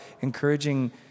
encouraging